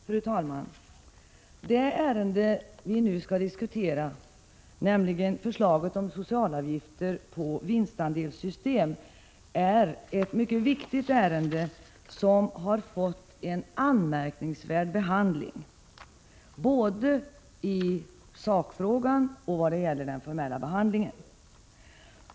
Fru talman! Det ärende som vi nu skall behandla, nämligen förslaget om socialavgifter på vinstandelssystem, är ett mycket viktigt ärende som har fått en anmärkningsvärd behandling, både när det gäller sakfrågan och den formella behandlingen.